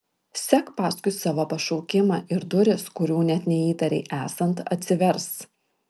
sek paskui savo pašaukimą ir durys kurių net neįtarei esant atsivers